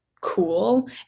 cool